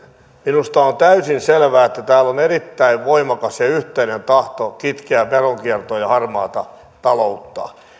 minusta on täysin selvää että täällä on erittäin voimakas ja yhteinen tahto kitkeä veronkiertoa ja harmaata taloutta